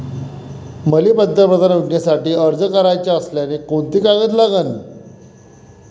मले पंतप्रधान योजनेसाठी अर्ज कराचा असल्याने कोंते कागद लागन?